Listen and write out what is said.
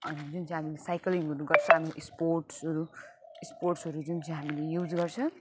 अनि जो हामीले साइक्लिङहरू गर्छ हामी स्पोर्ट्सहरू स्पोर्ट्सहरू जुन चाहिँ हामीले युज गर्छ